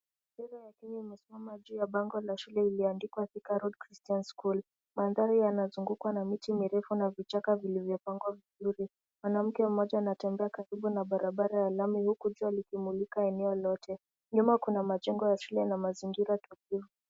Bendera ya Kenya imesimama juu ya bango la shule iliyoandikwa Thika Road Christian School . Mandhari yanazungukwa miti mirefu na vichaka vilivyopangwa vizuri. Mwanamke mmoja anatembea karibu na barabara ya lami huku jua likimulika eneo lote. Nyuma kuna majengo ya shule na mazingira tulivu.